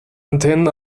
antennen